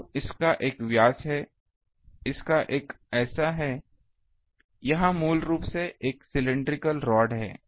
तो इसका एक व्यास है इसका एक ऐसा है यह मूल रूप से एक सिलिंड्रिकल रॉड है